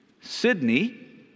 Sydney